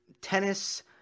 tennis